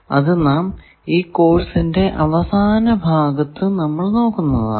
അത് നാം ഈ കോഴ്സിന്റെ അവസാന ഭാഗത്തു നോക്കുന്നതാണ്